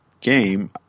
game